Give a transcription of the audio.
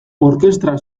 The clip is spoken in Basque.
orkestra